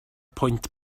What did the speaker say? pwynt